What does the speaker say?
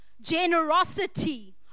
Generosity